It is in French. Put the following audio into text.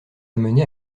amené